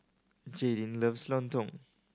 Jaydin loves lontong